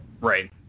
Right